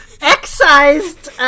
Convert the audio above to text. excised